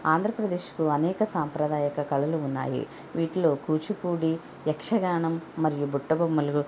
ఆంధ్రప్రదేశ్కు అనేక సాంప్రదాయక కళలు ఉన్నాయి వీటిలో కూచిపూడి యక్షగానం మరియు బుట్ట బొమ్మలు